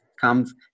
comes –